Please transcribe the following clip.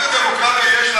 אלף-בית של הבנה בדמוקרטיה,